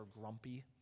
grumpy